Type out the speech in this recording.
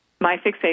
MyFixation